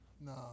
no